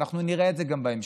ואנחנו נראה אם זה גם בהמשך.